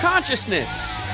Consciousness